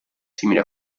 simile